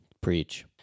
Preach